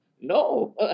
No